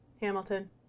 Hamilton